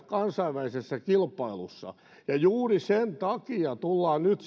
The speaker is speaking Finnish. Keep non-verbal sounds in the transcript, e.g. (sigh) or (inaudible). (unintelligible) kansainvälisessä kilpailussa ja juuri sen takia tullaan nyt (unintelligible)